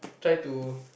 try to